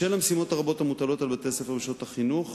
בשל המשימות הרבות המוטלות על בתי-הספר בשעות החינוך,